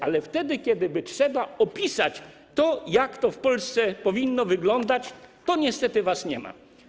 Ale wtedy, kiedy by trzeba opisać to, jak to w Polsce powinno wyglądać, to niestety was nie ma.